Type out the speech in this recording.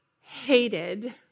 hated